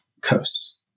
coast